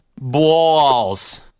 balls